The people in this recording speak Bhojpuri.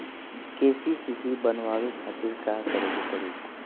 के.सी.सी बनवावे खातिर का करे के पड़ी?